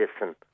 listen